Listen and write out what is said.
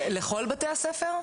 לכל בתי הספר?